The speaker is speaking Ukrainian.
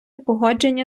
погодження